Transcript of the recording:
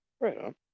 Right